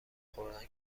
خوردن